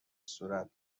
صورت